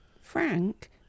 Frank